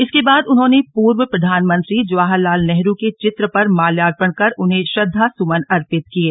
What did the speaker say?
इसके बाद उन्होंने पूर्व प्रधानमंत्री जवाहरलाल नेहरू के चित्र पर माल्यार्पण कर उन्हें श्रद्धा सुमन अर्पित किये